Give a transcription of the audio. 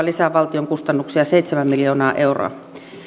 lisää valtion kustannuksia seitsemän miljoonaa euroa